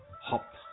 hop